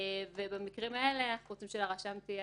ובמקרים האלה אנחנו רוצים שלרשם תהיה